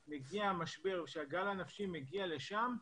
כשהגל הנפשי מגיע לשם,